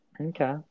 okay